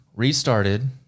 Restarted